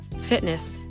fitness